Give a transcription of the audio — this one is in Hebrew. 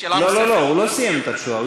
הוא אמר שאלה נוספת, לא, הוא לא סיים את התשובה.